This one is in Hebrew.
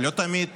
לא תמיד